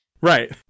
right